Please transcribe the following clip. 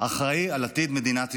אחראי על עתיד מדינת ישראל.